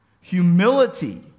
humility